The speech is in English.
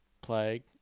plague